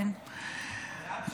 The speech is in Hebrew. בבקשה.